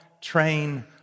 train